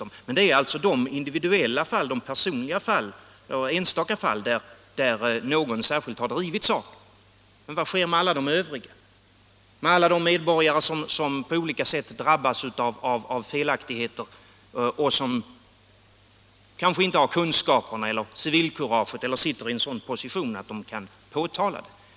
Det är alltså i enstaka, personliga fall, där någon särskilt har drivit saken, man kan få en korrigering. Men vad sker med alla de övriga, med alla de medborgare som på olika sätt drabbas av felaktigheter och som kanske inte har kunskaperna eller civilkuraget eller sitter i en sådan position att de kan påtala dem?